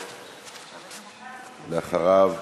ואחריו,